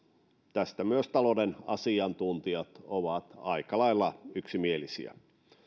tästä myös talouden asiantuntijat ovat aika lailla yksimielisiä